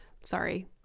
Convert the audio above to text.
sorry